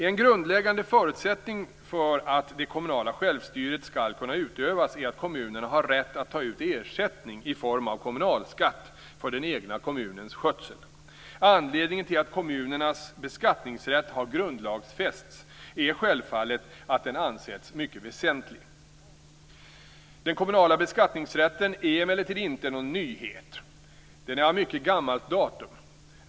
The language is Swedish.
En grundläggande förutsättning för att det kommunala självstyret skall kunna utövas är att kommunerna har rätt att ta ut ersättning i form av kommunalskatt för den egna kommunens skötsel. Anledningen till att kommunernas beskattningsrätt har grundlagsfästs är självfallet att den ansetts mycket väsentlig. Den kommunala beskattningsrätten är emellertid inte någon nyhet. Den är av mycket gammalt datum.